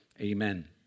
Amen